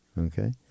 okay